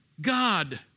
God